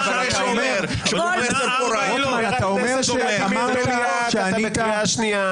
--- חבר הכנסת ולדימיר בליאק, אתה בקריאה שנייה.